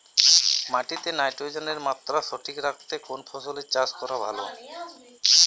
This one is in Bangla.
মাটিতে নাইট্রোজেনের মাত্রা সঠিক রাখতে কোন ফসলের চাষ করা ভালো?